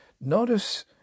Notice